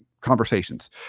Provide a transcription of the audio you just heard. conversations